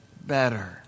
better